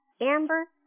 Amber